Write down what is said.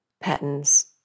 patterns